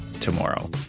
tomorrow